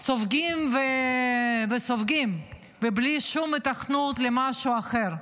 סופגים וסופגים, בלי שום היתכנות למשהו אחר.